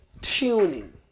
tuning